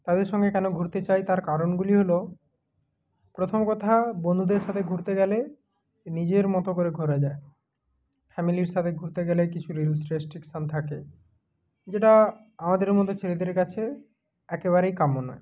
তাদের সঙ্গে কেন ঘুরতে চাই তার কারণগুলি হলো প্রথম কথা বন্ধুদের সাথে ঘুরতে গেলে নিজের মতো করে ঘোরা যায় ফ্যামিলির সাথে ঘুরতে গেলে কিছু রুলস রেস্ট্রিকশান থাকে যেটা আমাদের মতো ছেলেদের কাছে একেবারেই কাম্য নয়